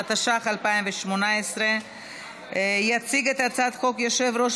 התשע"ח 2018. יציג את הצעת החוק יושב-ראש